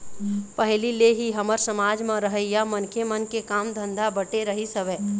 पहिली ले ही हमर समाज म रहइया मनखे मन के काम धंधा बटे रहिस हवय